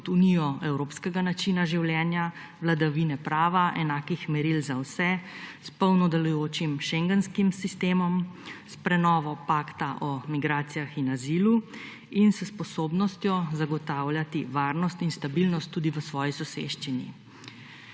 kot unijo evropskega načina življenja, vladavine prava, enakih meril za vse, s polno delujočim šengenskim sistemom, s prenovo pakta o migracijah in azilu in s sposobnostjo zagotavljati varnost in stabilnost tudi v svoji soseščini.